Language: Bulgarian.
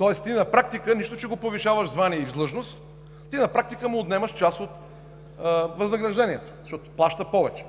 него. На практика, нищо че го повишаваш в звание и длъжност, отнемаш му част от възнаграждението, защото плаща повече.